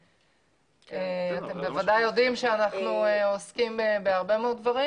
אתם בוודאי יודעים שאנחנו עוסקים בהרבה מאוד דברים,